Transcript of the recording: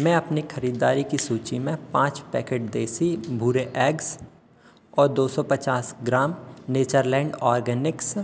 मैं अपनी ख़रीददारी की सूची में पाँच पैकेट देसी भूरे एग्स और दो सौ पचास ग्राम नेचरलैंड ऑर्गॅनिक्स